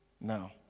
now